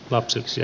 lapsiksi